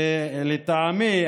לטעמי,